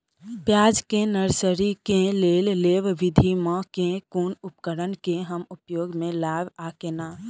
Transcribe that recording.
प्याज केँ नर्सरी केँ लेल लेव विधि म केँ कुन उपकरण केँ हम उपयोग म लाब आ केना?